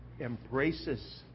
embraces